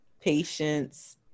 patience